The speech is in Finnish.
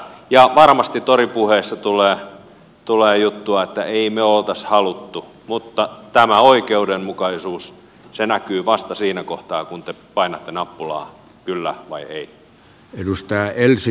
ja varmasti toripuheissa tulee juttua että ei me oltais haluttu mutta tämä oikeudenmukaisuus näkyy vasta siinä kohtaa kun te painatte nappulaa kyllä vai ei